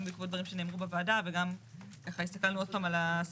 גם בעקבות דברים שנאמרו בוועדה וגם ככה הסתכלנו עוד פעם על הסעיפים.